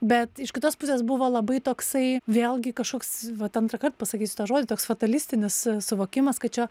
bet iš kitos pusės buvo labai toksai vėlgi kažkoks vat antrą kartą pasakysiu tą žodį toks fatalistinis suvokimas kad čia